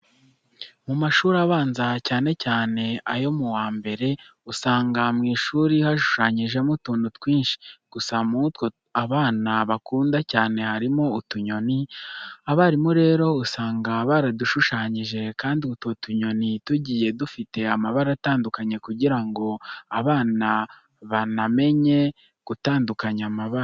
Mu mashuri abanza, cyane cyane ayo mu wa mbere, usanga mu ishuri hashushanyijemo utuntu twinshi. Gusa mutwo abana bakunda cyane harimo utunyoni. Abarimu rero usanga baradushushanyije kandi utwo tunyoni tugiye dufite amabara atandukanye kugira ngo bana banamenye gutandukanya amabara.